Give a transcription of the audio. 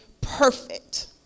perfect